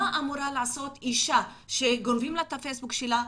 מה אמורה לעשות אישה שגונבים לה את הפייסבוק שלה,